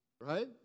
Right